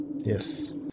yes